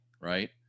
right